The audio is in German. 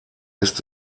ist